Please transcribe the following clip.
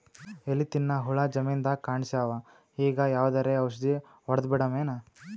ಎಲಿ ತಿನ್ನ ಹುಳ ಜಮೀನದಾಗ ಕಾಣಸ್ಯಾವ, ಈಗ ಯಾವದರೆ ಔಷಧಿ ಹೋಡದಬಿಡಮೇನ?